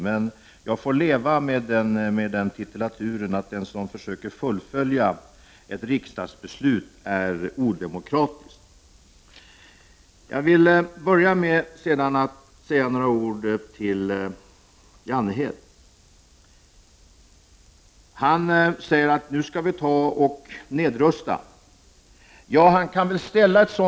Men jag får väl stå ut med anklagelsen att vara odemokratisk bara därför att jag försöker genomföra ett riksdagsbeslut. Jan Jennehag ansåg att vi skulle nedrusta.